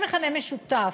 יש מכנה משותף